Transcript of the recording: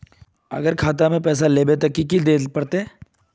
अगर खाता में पैसा लेबे ते की की देल पड़ते?